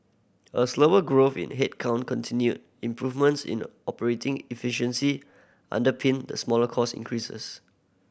a slower growth in headcount continued improvements in the operating efficiency underpinned the smaller cost increases